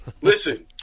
Listen